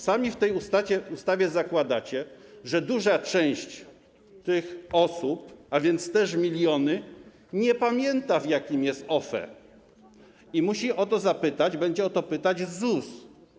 Sami w tej ustawie zakładacie, że duża część tych osób, a więc też miliony, nie pamięta, w jakim jest OFE, i musi o to zapytać, będzie o to pytać ZUS.